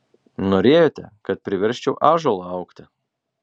norėjote kad priversčiau ąžuolą augti